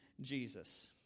Jesus